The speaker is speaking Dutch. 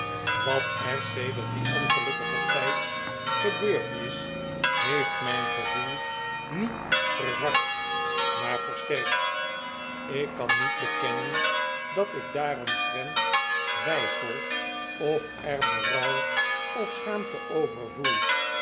wat er sedert dien ongelukkigen tijd gebeurd is heeft mijn gevoel niet verzwakt maar versterkt ik kan niet bekennen dat ik daaromtrent weifel of er berouw of schaamte over